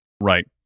Right